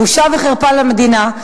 בושה וחרפה למדינה,